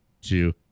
two